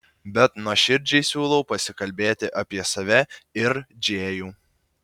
bet nuoširdžiai siūliau pasikalbėti apie save ir džėjų